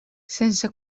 sense